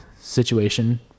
situation